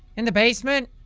in the basement.